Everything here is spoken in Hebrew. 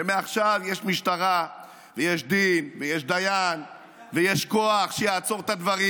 שמעכשיו יש משטרה ויש דין ויש דיין ויש כוח שיעצור את הדברים.